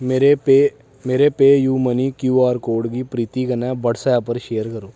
मेरे पेऽ मेरे पेऽ यू मनी क्यूआर कोड गी प्रीती कन्नै व्हाट्सऐप उप्पर शेयर करो